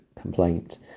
complaint